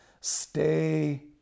stay